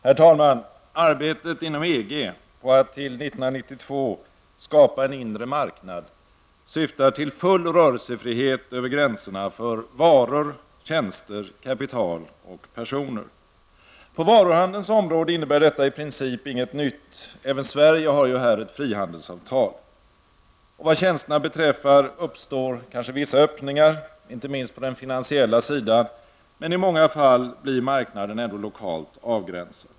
Herr talman! Arbetet inom EG med att till 1992 skapa en inre marknad syftar till full rörelsefrihet över gränserna för varor, tjänster, kapital och personer. På varuhandelns område innebär detta i princip inget nytt -- även Sverige har ju här ett frihandelsavtal. Vad tjänsterna beträffar uppstår kanske vissa öppningar, inte minst på den finansiella sidan, men i många fall blir marknaden ändå lokalt avgränsad.